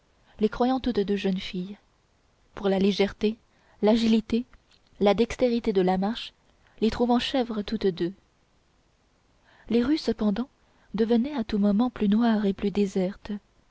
les croyant toutes deux jeunes filles pour la légèreté l'agilité la dextérité de la marche les trouvant chèvres toutes deux les rues cependant devenaient à tout moment plus noires et plus désertes